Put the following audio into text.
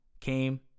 came